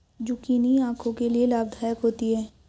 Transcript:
zucchini आंखों के लिए लाभदायक होती है